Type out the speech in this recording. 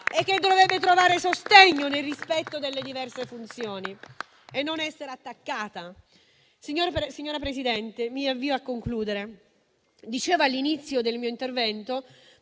e che dovrebbe trovare sostegno nel rispetto delle diverse funzioni e non essere attaccata. Signora Presidente, mi avvio a concludere. Dicevo all'inizio del mio intervento